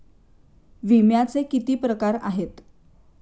विम्याचे किती प्रकार आहेत?